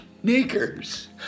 sneakers